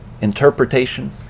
interpretation